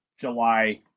July –